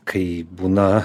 kai būna